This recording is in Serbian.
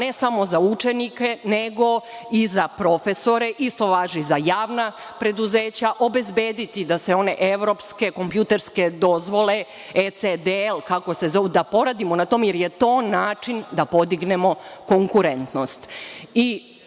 ne samo za učenike, nego i za profesore, isto važi i za javna preduzeća, obezbediti one evropske kompjuterske dozvole ECDL, kako se zovu, da poradimo na tome, jer je to način da podignemo konkurentnost. Naravno,